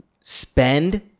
spend